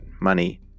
money